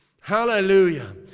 Hallelujah